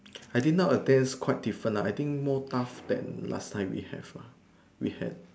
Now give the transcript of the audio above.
I didn't not attend quite different lah I think more tough than last time we have lah we had